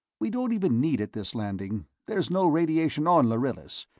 we don't even need it this landing there's no radiation on lharillis.